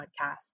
podcast